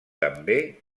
també